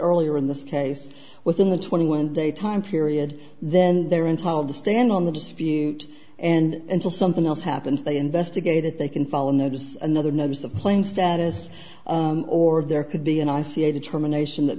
earlier in this case within the twenty one day time period then they're entitled to stand on the dispute and until something else happens they investigate it they can follow notice another notice of plain status or there could be and i see a determination that